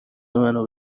منو